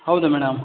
ಹೌದು ಮೇಡಮ್